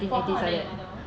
for how I met your mother